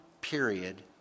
period